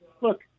look